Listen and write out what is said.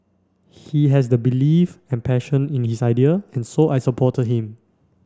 he has the belief and passion in his idea and so I supported him